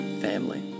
family